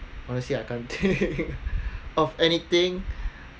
honestly I can't think of anything